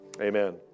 Amen